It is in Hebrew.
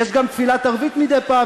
יש גם תפילת ערבית מדי פעם,